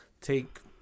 take